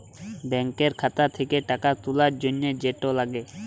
ব্যাংকের খাতা থ্যাকে টাকা তুলার জ্যনহে যেট লাগে